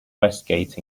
westgate